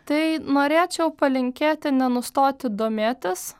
tai norėčiau palinkėti nenustoti domėtis